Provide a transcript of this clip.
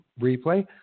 replay